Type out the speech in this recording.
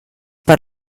per